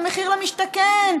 ומחיר למשתכן,